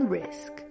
risk